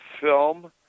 film